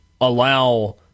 allow